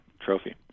trophy